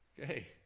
Okay